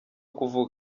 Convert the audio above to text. kuvuga